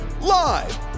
live